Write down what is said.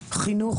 חינוך